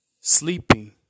sleeping